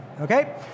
Okay